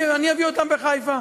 אני אביא אותם לחיפה.